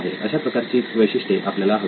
अशा प्रकारचीच वैशिष्ट्ये आपल्याला हवी आहेत